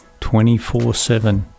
24-7